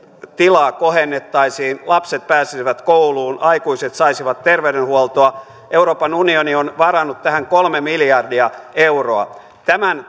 tilaa kohennettaisiin lapset pääsisivät kouluun aikuiset saisivat terveydenhuoltoa euroopan unioni on varannut tähän kolme miljardia euroa tämän